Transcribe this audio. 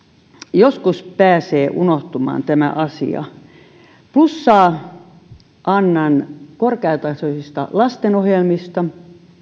joskus pääsee unohtumaan tämä asia plussaa annan korkeatasoisista lastenohjelmista